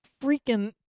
freaking